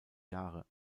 jahre